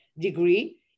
degree